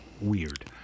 weird